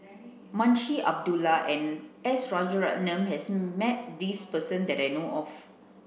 Munshi Abdullah and S Rajaratnam has met this person that I know of